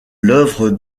l’œuvre